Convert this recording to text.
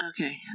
Okay